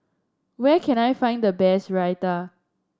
where can I find the best Raita